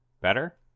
better